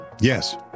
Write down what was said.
yes